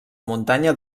muntanya